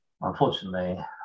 unfortunately